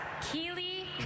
Keely